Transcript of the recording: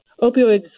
opioids